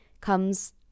comes